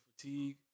fatigue